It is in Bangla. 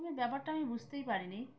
প্রথমে ব্যাপারটা আমি বুঝতেই পারিনি